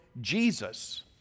Jesus